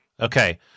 Okay